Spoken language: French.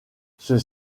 ceux